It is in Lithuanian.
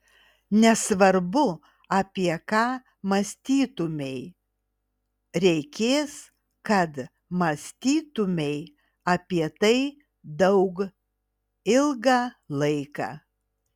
nesvarbu apie ką mąstytumei reikės kad mąstytumei apie tai daug ilgą laiką